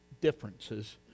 differences